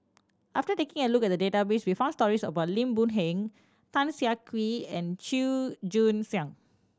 after taking a look at the database we found stories about Lim Boon Heng Tan Siah Kwee and Chua Joon Siang